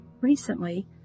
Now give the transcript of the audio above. Recently